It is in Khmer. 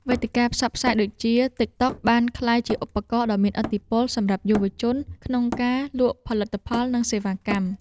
វេទិកាផ្សព្វផ្សាយដូចជាទីកតុកបានក្លាយជាឧបករណ៍ដ៏មានឥទ្ធិពលសម្រាប់យុវជនក្នុងការលក់ផលិតផលនិងសេវាកម្ម។